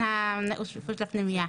בין האשפוז לפנימייה.